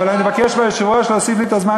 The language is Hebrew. אבל אני מבקש מהיושב-ראש להוסיף לי את הזמן